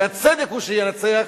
שהצדק הוא שינצח,